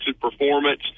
performance